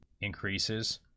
increases